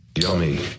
Yummy